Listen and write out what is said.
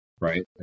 right